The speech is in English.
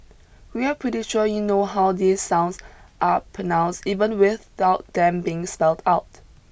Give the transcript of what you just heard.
we are pretty sure you know how these sounds are pronounced even without them being spelled out